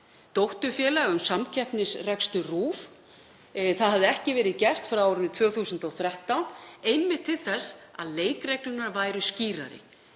dótturfélag um samkeppnisrekstur RÚV, það hafði ekki verið gert frá árinu 2013, einmitt til þess að leikreglurnar væru skýrari.